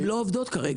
הן לא עובדות כרגע.